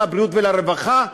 לבריאות ולרווחה,